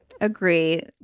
Agree